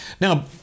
Now